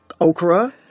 okra